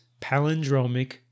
Palindromic